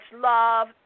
love